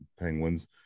penguins